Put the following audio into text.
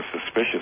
suspicious